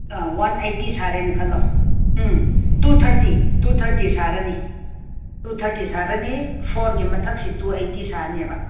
one eighty ꯁꯥꯔꯦꯅ ꯈꯜꯂꯣ um two thirty two thirty ꯁꯥꯔꯅꯤ ꯇꯨ ꯊꯥꯔꯇꯤ ꯁꯥꯔꯅꯤ ꯐꯣꯔꯒꯤ ꯃꯊꯛꯁꯤ ꯇꯨ ꯑꯩꯠꯇꯤ ꯁꯥꯅꯦꯕ